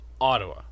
Ottawa